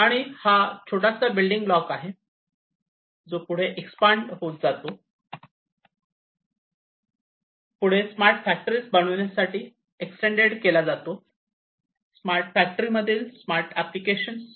आणि हा छोटासा बिल्डींग ब्लॉक आहे जो पुढे एक्सपांड होतो पुढे स्मार्ट फॅक्टरीज बनविण्यासाठी एक्सटेंड केल्या जातो स्मार्ट फॅक्टरी मधील स्मार्ट एप्लिकेशन साठी इत्यादी